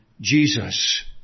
Jesus